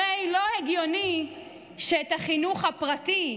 הרי לא הגיוני שהחינוך הפרטי,